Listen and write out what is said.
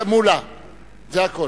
זה הכול.